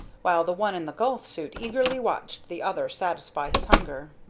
while the one in the golf suit eagerly watched the other satisfy his hunger.